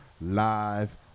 live